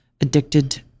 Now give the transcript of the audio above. addicted